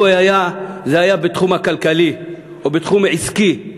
לו זה היה בתחום הכלכלי או בתחום עסקי,